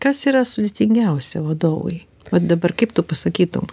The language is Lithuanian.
kas yra sudėtingiausia vadovui vat dabar kaip tu pasakytum